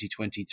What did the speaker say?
2023